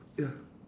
ya